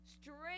Strength